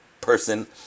person